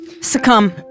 Succumb